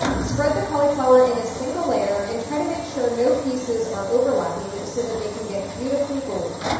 spread the cauliflower in a single layer and try to make sure no pieces are overlapping so that they can get beautifully golden.